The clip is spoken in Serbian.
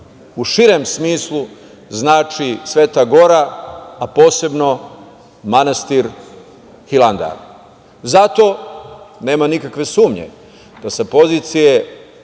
u širem smislu znači Sveta gora, a posebno manastir Hilandar. Zato, nema nikakve sumnje da sa pozicije